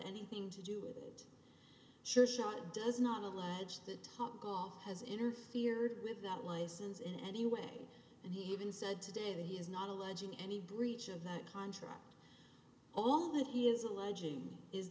anything to do with a sure shot does not a large the top off has interfered with that license in any way and he even said today that he is not alleging any breach of that contract all that he is alleging is